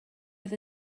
oedd